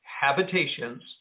habitations